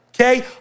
okay